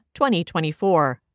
2024